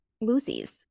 Lucy's